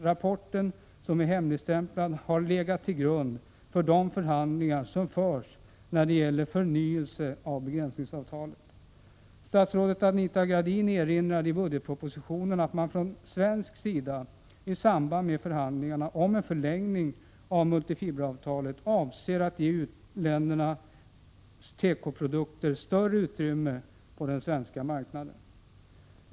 Rapporten som är hemligstämplad har legat till grund för de förhandlingar som förts när det gäller förnyelse av begränsningsavtalen. Statsrådet Anita Gradin erinrar i budgetpropositionen om att man från svensk sida i samband med förhandlingarna om en förlängning av multifiberavtalet avser att ge uländernas tekoprodukter större utrymme på den svenska marknaden.